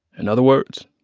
and other words,